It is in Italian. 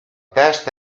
testa